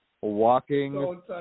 walking